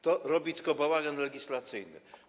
To robi tylko bałagan legislacyjny.